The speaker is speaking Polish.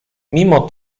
mimo